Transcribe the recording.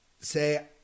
say